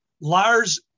Lars